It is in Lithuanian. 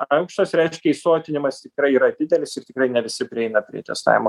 aukštas reiškia įsotinimas tikrai yra didelis ir tikrai ne visi prieina prie testavimo